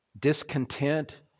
discontent